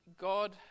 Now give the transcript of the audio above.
God